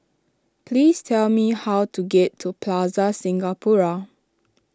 please tell me how to get to Plaza Singapura